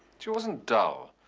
she wasn't dull.